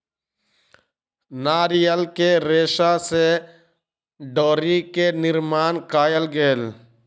नारियल के रेशा से डोरी के निर्माण कयल गेल